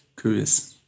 curious